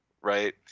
right